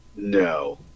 No